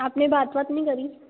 आपने बात वात नहीं करी